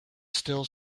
still